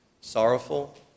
sorrowful